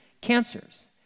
cancers